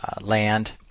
land